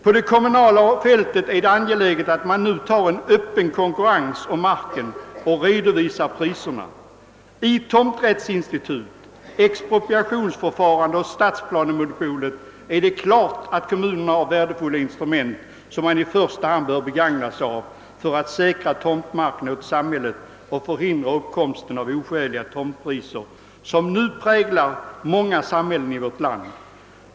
På det kommunala fältet är det angeläget att man nu tar upp en öppen konkurrens om marken och redovisar priserna. I tomträttsinstitutet, expropriationsförfarandet och stadsplanemonopolet har kommunerna givetvis värdefulla instrument, som de i första hand bör begagna för att säkra tomtmarken åt samhället och förhindra uppkomsten av de oskäliga tomtpriser som nu präglar många samhällen i vårt land.